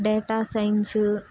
data science